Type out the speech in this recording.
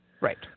right